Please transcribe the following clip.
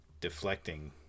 deflecting